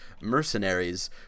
mercenaries